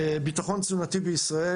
לגבי ביטחון תזונתי בישראל.